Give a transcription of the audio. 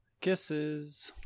Kisses